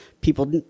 people